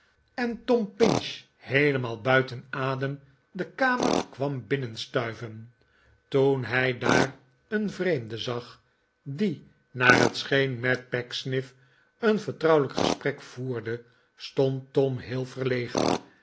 en tom pinch heelemaal buiten adem de kamer kwam binnenstuiven toen hij daar een vreemde zag die naar het scheen met pecksniff een vertrouwelijk gesprek voerde stond tom heel verlegen